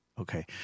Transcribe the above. Okay